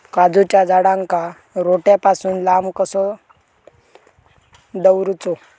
काजूच्या झाडांका रोट्या पासून लांब कसो दवरूचो?